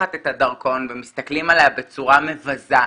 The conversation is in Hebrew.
פותחת את הדרכון ומסתכלים עליה בצורה מבזה,